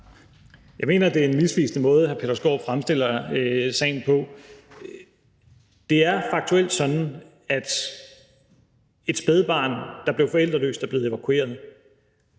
Jeg mener, det er en misvisende måde, hr. Peter Skaarup fremstiller sagen på. Det er faktuelt sådan, at et spædbarn, der blev forældreløst, er blevet evakueret,